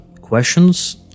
questions